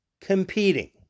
competing